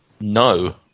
No